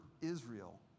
Israel